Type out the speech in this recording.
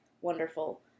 Wonderful